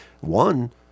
One